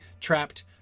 trapped